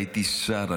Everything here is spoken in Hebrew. הייתי שר,